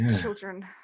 children